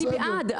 אני בעד,